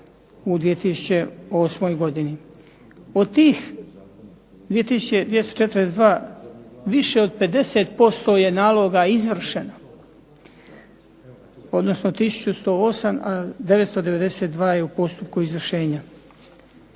u 2008. godini. Od tih 2 tisuće 242 više od 50% naloga je izvršeno, odnosno tisuću 108 a 992 je u postupku izvršenja.